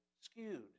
skewed